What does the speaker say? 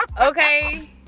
Okay